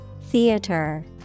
Theater